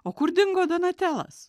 o kur dingo donatelas